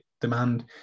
demand